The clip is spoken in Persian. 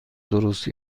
درست